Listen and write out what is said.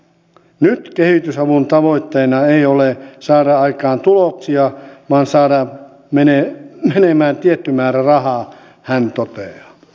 nyt kehitysavun tavoitteena ei ole saada aikaan tuloksia vaan saada menemään tietty määrä rahaa hän toteaa